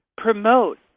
promote